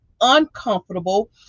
uncomfortable